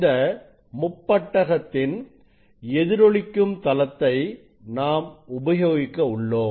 இந்த முப்பட்டகத்தின் எதிரொளிக்கும் தளத்தை நாம் உபயோகிக்க உள்ளோம்